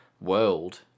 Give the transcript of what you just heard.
world